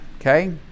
Okay